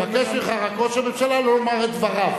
מבקש ממך רק ראש הממשלה לא לומר את דבריו.